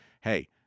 Hey